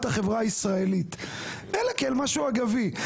החברה הישראלית אלא כאל משהו אגבי,